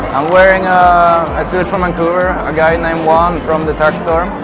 i'm wearing a suit from vancouver, a guy named juan, from the tux store.